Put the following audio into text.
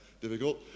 difficult